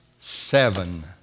seven